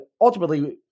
ultimately